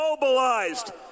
mobilized